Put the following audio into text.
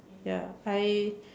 ya I